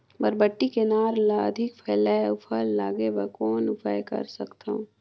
बरबट्टी के नार ल अधिक फैलाय अउ फल लागे बर कौन उपाय कर सकथव?